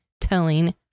telling